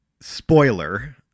spoiler